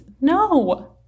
No